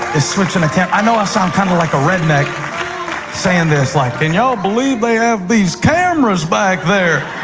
it's switching a camera. i know i sound kind of of like a redneck saying this, like, can y'all believe they have these cameras back there?